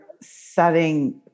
setting